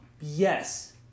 Yes